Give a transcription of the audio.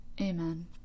Amen